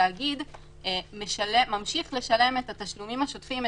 התאגיד ממשיך לשלם את התשלומים השוטפים,